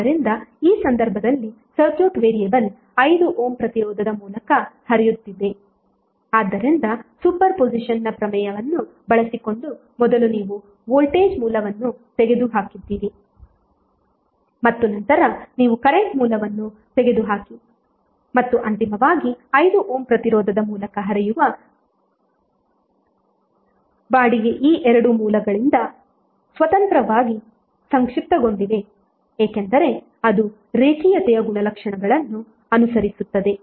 ಆದ್ದರಿಂದ ಈ ಸಂದರ್ಭದಲ್ಲಿ ಸರ್ಕ್ಯೂಟ್ ವೇರಿಯೇಬಲ್ 5 ಓಮ್ ಪ್ರತಿರೋಧದ ಮೂಲಕ ಹರಿಯುತ್ತಿದೆ ಆದ್ದರಿಂದ ಸೂಪರ್ ಪೊಸಿಷನ್ನ್ ಪ್ರಮೇಯವನ್ನು ಬಳಸಿಕೊಂಡು ಮೊದಲು ನೀವು ವೋಲ್ಟೇಜ್ ಮೂಲವನ್ನು ತೆಗೆದುಹಾಕಿದ್ದೀರಿ ಮತ್ತು ನಂತರ ನೀವು ಕರೆಂಟ್ ಮೂಲವನ್ನು ತೆಗೆದುಹಾಕಿ ಮತ್ತು ಅಂತಿಮವಾಗಿ 5 ಓಮ್ ಪ್ರತಿರೋಧದ ಮೂಲಕ ಹರಿಯುವ ಬಾಡಿಗೆ ಈ ಎರಡೂ ಮೂಲಗಳಿಂದ ಸ್ವತಂತ್ರವಾಗಿ ಸಂಕ್ಷಿಪ್ತಗೊಂಡಿದೆ ಏಕೆಂದರೆ ಅದು ರೇಖೀಯತೆಯ ಗುಣಲಕ್ಷಣಗಳನ್ನು ಅನುಸರಿಸುತ್ತದೆ